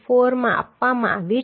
4 માં આપવામાં આવ્યું છે